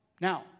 Now